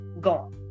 Gone